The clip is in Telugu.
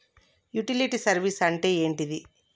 యుటిలిటీ సర్వీస్ అంటే ఏంటిది?